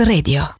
Radio